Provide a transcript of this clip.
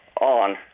on